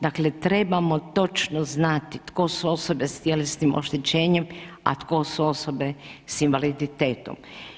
Dakle trebamo točno znati tko su osobe sa tjelesnim oštećenjem a tko su osobe sa invaliditetom.